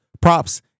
props